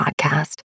podcast